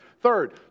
Third